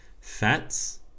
Fats